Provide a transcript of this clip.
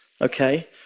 Okay